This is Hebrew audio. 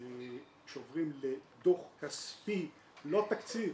כשעוברים לדוח כספי, לא תקציב,